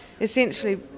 essentially